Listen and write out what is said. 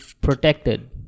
protected